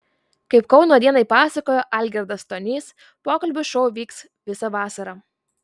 kaip kauno dienai pasakojo algirdas stonys pokalbių šou vyks visą vasarą